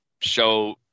show